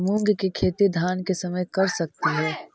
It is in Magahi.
मुंग के खेती धान के समय कर सकती हे?